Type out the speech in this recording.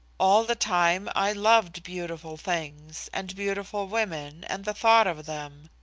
all the time i loved beautiful things, and beautiful women, and the thought of them.